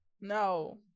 No